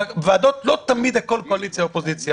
בוועדות לא תמיד הכול קואליציה-אופוזיציה.